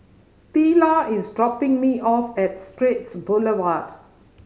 Teela is dropping me off at Straits Boulevard